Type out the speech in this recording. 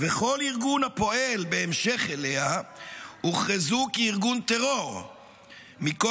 וכל ארגון הפועל בהמשך אליה הוכרזו כארגון טרור מכוח